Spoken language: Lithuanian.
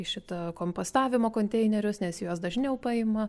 į šitą kompostavimo konteinerius nes juos dažniau paima